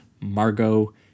Margot